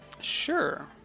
Sure